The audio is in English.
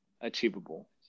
achievable